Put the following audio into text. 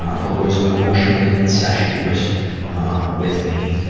or was emotionally incestuous with me,